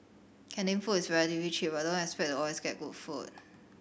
canteen food is relatively cheap but don't expect to always get good food